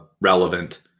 relevant